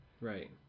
Right